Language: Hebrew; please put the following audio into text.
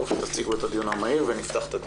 תציגו את הדיון המהיר ונפתח את הדיון.